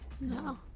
No